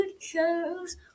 shows